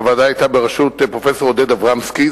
הוועדה היתה בראשות פרופסור עודד אברמסקי,